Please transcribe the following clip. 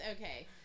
okay